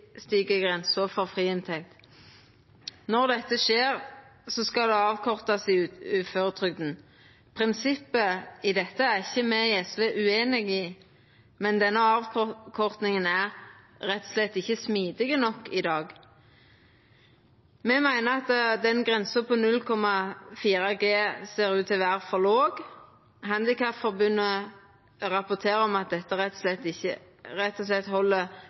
grensa for friinntekt. Når dette skjer, skal det avkortast i uføretrygda. Prinsippet i dette er ikkje me i SV ueinige i, men denne avkortinga er rett og slett ikkje smidig nok i dag. Me meiner at grensa på 0,4G ser ut til å vera for låg. Norges Handikapforbund rapporterer om at dette rett og slett held folk vekke frå å delta i arbeidslivet. Det finst ikkje